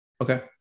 Okay